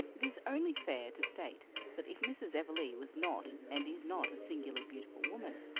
it is only fair to state that if mrs. everleigh was not and is not a singularly beautiful woman,